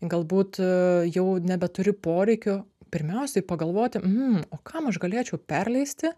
galbūt ee jau nebeturi poreikio pirmiausiai pagalvoti mm o kam aš galėčiau perleisti